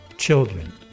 children